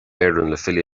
éireann